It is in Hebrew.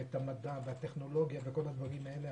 המדע והטכנולוגיה ואת כל הדברים האלה,